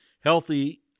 healthy